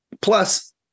Plus